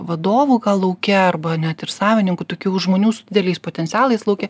vadovų gal lauke arba net ir savininkų tokių žmonių su dideliais potencialais lauke